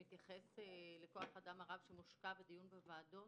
שמתייחס לכוח האדם הרב שמושקע בדיון בוועדות,